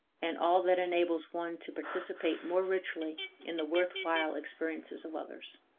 and all that enables one to participate more richly in the worthwhile experiences of others.